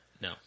No